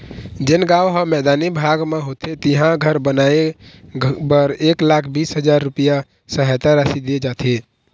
जेन गाँव ह मैदानी भाग म होथे तिहां घर बनाए बर एक लाख बीस हजार रूपिया सहायता राशि दे जाथे